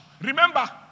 Remember